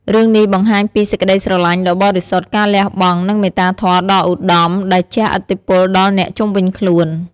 រឿងនេះបង្ហាញពីសេចក្តីស្រឡាញ់ដ៏បរិសុទ្ធ ការលះបង់ និងមេត្តាធម៌ដ៏ឧត្តមដែលជះឥទ្ធិពលដល់អ្នកជុំវិញខ្លួន។